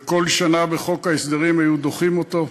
וכל שנה בחוק ההסדרים היו דוחים אותו.